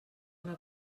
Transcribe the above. una